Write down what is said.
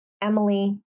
Emily